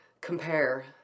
Compare